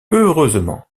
heureusement